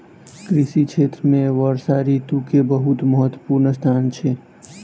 कृषि क्षेत्र में वर्षा ऋतू के बहुत महत्वपूर्ण स्थान अछि